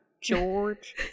George